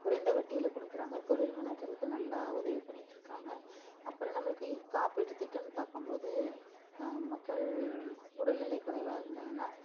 குறைந்த வட்டியில கொடுக்குறாங்க தொழில் முன்னேற்றத்துக்கு நல்லா உதவி பண்ணிகிட்டுருக்காங்க அப்புறம் நம்மளுக்கு காப்பீட்டு திட்டம்னு பார்க்கும்போது மக்கள் உடல்நிலை குறைவாக இருந்ததுன்னா